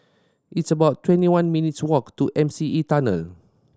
it's about twenty one minutes' walk to M C E Tunnel